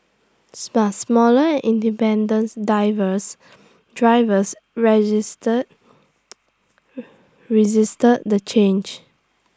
but smaller and independence divers drivers register resisted the change